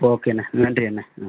ஓகேண்ணா நன்றி அண்ணா ம்